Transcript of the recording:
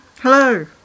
hello